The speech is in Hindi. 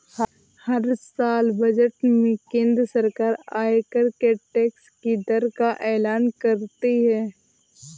हर साल बजट में केंद्र सरकार आयकर के टैक्स की दर का एलान करती है